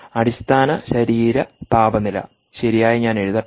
അടിസ്ഥാന ശരീര താപനില ശരിയായി ഞാൻ എഴുതട്ടെ